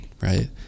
right